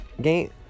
Game